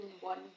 one